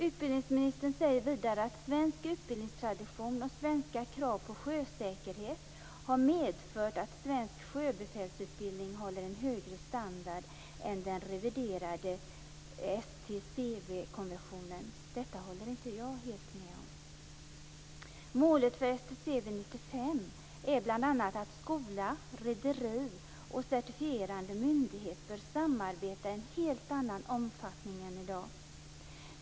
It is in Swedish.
Utbildningsministern säger vidare att svensk utbildningstradition och svenska krav på sjösäkerhet har medfört att svensk sjöbefälsutbildning håller en högre standard än den reviderade STCW konventionen. Detta håller jag inte helt med om. Målutfästelsen är bl.a. att skola, rederi och certifierande myndigheter bör samarbeta i en helt annan omfattning än i dag.